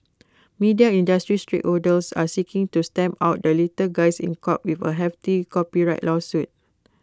media industry stakeholders are seeking to stamp out the little guys in court with A hefty copyright lawsuit